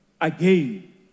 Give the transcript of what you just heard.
again